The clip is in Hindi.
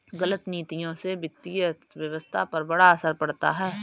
गलत नीतियों से वित्तीय अर्थव्यवस्था पर बड़ा असर पड़ता है